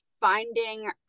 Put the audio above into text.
finding